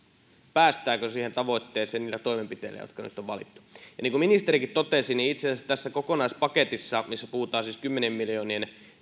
päästäänkö siihen tavoitteeseen niillä toimenpiteillä jotka nyt on valittu ja niin kuin ministerikin totesi niin itse asiassa tässä kokonaispaketissa puhutaan siis kymmenien miljoonien